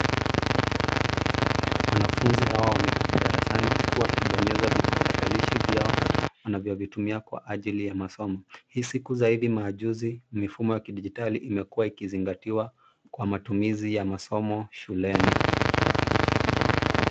Wanafunzi hawa wameketi darasani huku wakibonyeza vipakatarishi vyao wanavyovitumia kwa ajili ya masomo. Hii siku za hivi majuzi mifumo ya kidijitali imekuwa ikizingatiwa kwa matumizi ya masomo shuleni.